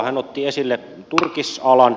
hän otti esille turkisalan